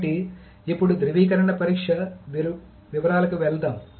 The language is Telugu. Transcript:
కాబట్టి ఇప్పుడు ధ్రువీకరణ పరీక్ష వివరాలకు వెళ్దాం